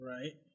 Right